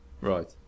Right